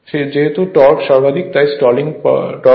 যেহেতু টর্ক সর্বাধিক তাই স্টলিং টর্ক বলা হয়